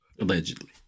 allegedly